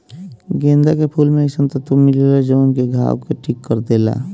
गेंदा के फूल में अइसन तत्व मिलेला जवन की घाव के ठीक कर देला